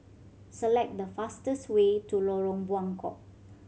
select the fastest way to Lorong Buangkok